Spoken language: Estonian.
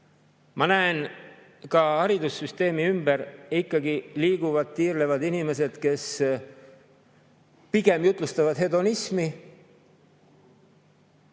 Ma näen, et haridussüsteemi ümber liiguvad, tiirlevad inimesed, kes pigem jutlustavad hedonismi,